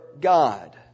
God